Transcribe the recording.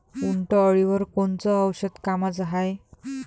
उंटअळीवर कोनचं औषध कामाचं हाये?